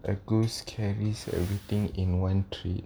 a goose carries everything in one trip